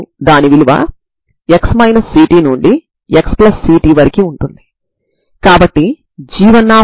దీని నుండి sin μ cos μb cos μa sin μ వస్తుంది